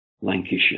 Lancashire